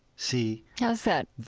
see? how's that?